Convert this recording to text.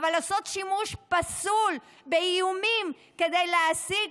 אבל לעשות שימוש פסול באיומים כדי להשיג